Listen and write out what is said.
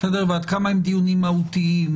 ועד כמה הם דיונים מהותיים,